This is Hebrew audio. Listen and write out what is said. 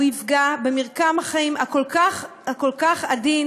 הוא יפגע במרקם החיים הכל-כך כל כך עדין